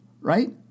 right